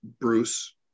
Bruce